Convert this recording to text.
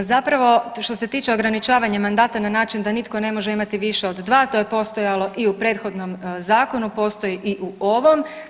Pa zapravo, što se tiče ograničavanja mandata na način da nitko ne može imati više od 2, to je postojalo i u prethodnom zakonu, postoji i u ovom.